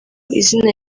izina